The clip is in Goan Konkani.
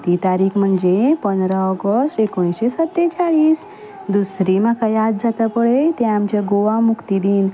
ती तारीख म्हणजे पंदरा ऑगस्ट एकुणशे सत्तेचाळीस दुसरी म्हाका याद जाता पळय ती आमचे गोवा मुक्ती दीन